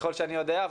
ככל שאני יודע,